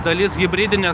dalis hibridinės